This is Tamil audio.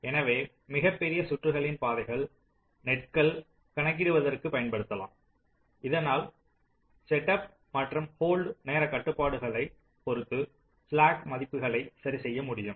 எனவே மிகப் பெரிய சுற்றுகளின் பாதைகள் நெட்கள் கணக்கிடுவதற்கு பயன்படுத்தலாம் இதனால் செட்டப் மற்றும் ஹோல்டு நேரக் கட்டுப்பாடுகளை பொறுத்து ஸ்லாக் மதிப்புகளை சரிசெய்ய முடியும்